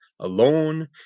alone